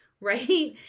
right